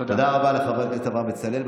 תודה רבה לחבר הכנסת אברהם בצלאל.